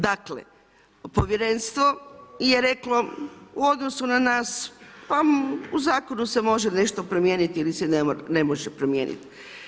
Dakle, Povjerenstvo je reklo:, u odnosu na nas, pa u zakonu se može nešto promijeniti ili se ne može promijeniti.